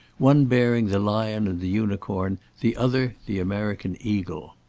one bearing the lion and the unicorn, the other the american eagle.